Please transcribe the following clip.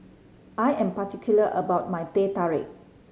I am particular about my Teh Tarik